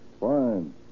Fine